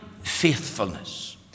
faithfulness